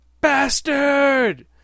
Bastard